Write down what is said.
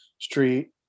street